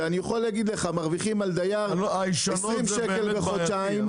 שאני יכול להגיד לך שמרוויחים על דייר 20 שקל לחודשיים,